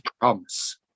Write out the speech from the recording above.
promise